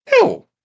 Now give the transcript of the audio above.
No